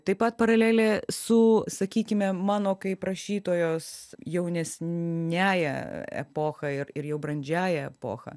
taip pat paralelė su sakykime mano kaip rašytojos jaunesniąja epocha ir ir jau brandžiąja epocha